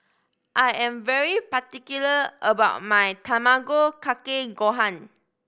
I am very particular about my Tamago Kake Gohan